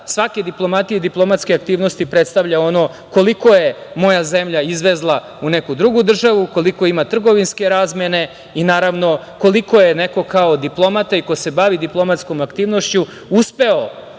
svake diplomatije i diplomatske aktivnosti predstavlja ono koliko je moja zemlja izvezla u neku drugu državu, koliko ima trgovinske razmene i, naravno, koliko je neko kao diplomata i ko se bavi diplomatskom aktivnošću uspeo